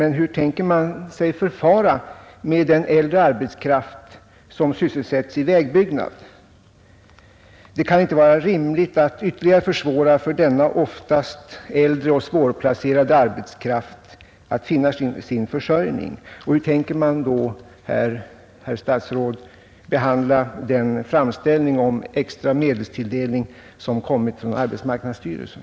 Men hur tänker man förfara med den äldre arbetskraft som sysselsätts i vägbyggnad? Det kan inte vara rimligt att ytterligare försvåra för denna oftast äldre och svårplacerade arbetskraft att finna sin försörjning. Och hur tänker man då, herr statsråd, behandla den framställning om extra medelstilldelning som kommit från arbetsmarknadsstyrelsen?